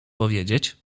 powiedzieć